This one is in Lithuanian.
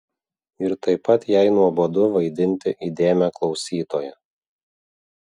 ir taip pat jai nuobodu vaidinti įdėmią klausytoją